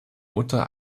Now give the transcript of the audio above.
mutter